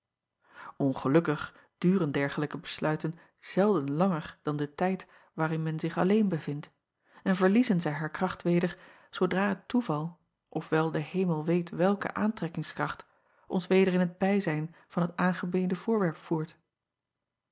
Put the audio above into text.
ngelukkig duren dergelijke besluiten zelden langer dan den tijd waarin men zich alleen bevindt en verliezen zij haar kracht weder zoodra het toeval of wel de emel weet welke aantrekkingskracht ons weder in het bijzijn van het aangebeden voorwerp voert